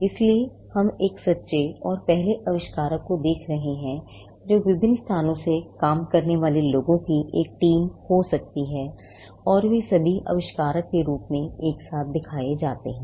इसलिए हम एक सच्चे और पहले आविष्कारक को देख रहे हैं जो विभिन्न स्थानों से काम करने वाले लोगों की एक टीम हो सकती है और वे सभी आविष्कारक के रूप में एक साथ दिखाए जाते हैं